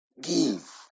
give